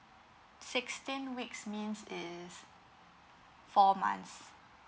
sixteen weeks means is four months